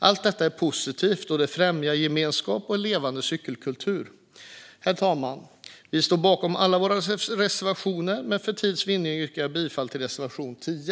Allt detta är positivt, då det främjar gemenskap och en levande cykelkultur. Herr talman! Vi står bakom alla våra reservationer, men för tids vinnande yrkar jag bifall endast till reservation 10.